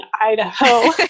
Idaho